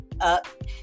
up